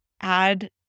add